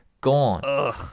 gone